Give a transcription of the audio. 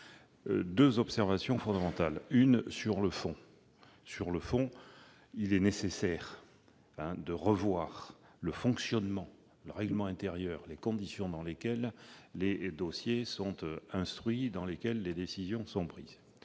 deux observations fondamentales. Sur le fond, il est nécessaire de revoir le fonctionnement, le règlement intérieur, les conditions dans lesquelles les dossiers sont instruits et les décisions, prises.